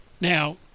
Now